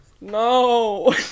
no